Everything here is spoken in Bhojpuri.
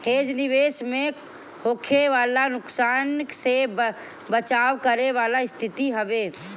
हेज निवेश में होखे वाला नुकसान से बचाव करे वाला स्थिति हवे